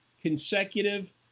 consecutive